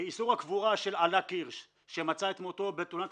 איסור הקבורה של עלאא קירש שמצא את מותו בתאונת